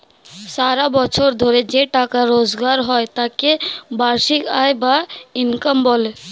সারা বছর ধরে যে টাকা রোজগার হয় তাকে বার্ষিক আয় বা ইনকাম বলে